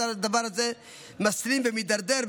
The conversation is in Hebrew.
הדבר הזה מסלים ומידרדר,